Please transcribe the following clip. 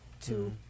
two